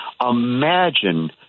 Imagine